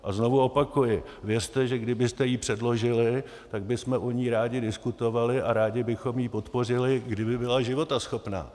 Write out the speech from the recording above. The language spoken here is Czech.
A znovu opakuji, věřte, že kdybyste ji předložili, tak bychom o ní rádi diskutovali a rádi bychom ji podpořili, kdyby byla životaschopná.